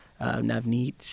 Navneet